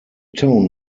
tone